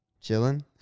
Chilling